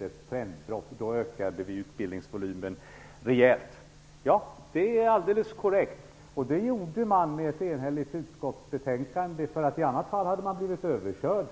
ett trendbrott. Då ökade vi utbildningsvolymen rejält. Ja, det är alldeles korrekt, och det var ett enhälligt utskottsbetänkande. I annat fall hade man nämligen blivit överkörd.